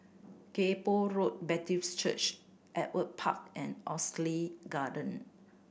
Kay Poh Road Baptist Church Ewart Park and Oxley Garden